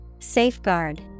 Safeguard